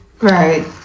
Right